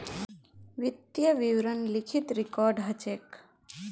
वित्तीय विवरण लिखित रिकॉर्ड ह छेक